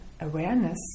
awareness